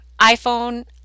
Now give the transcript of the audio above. iPhone